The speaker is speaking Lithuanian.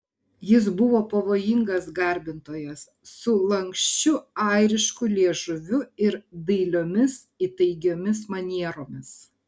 jis buvo pavojingas garbintojas su lanksčiu airišku liežuviu ir dailiomis įtaigiomis manieromis